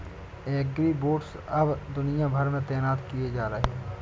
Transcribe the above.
agribots अब दुनिया भर में तैनात किए जा रहे हैं